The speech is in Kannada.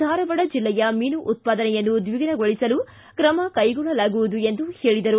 ಧಾರವಾಡ ಜಿಲ್ಲೆಯ ಮೀನು ಉತ್ಪಾದನೆಯನ್ನು ದ್ವಿಗುಣಗೊಳಿಸಲು ಕ್ರಮ ಕೈಗೊಳ್ಳಲಾಗುವುದು ಎಂದು ಹೇಳಿದರು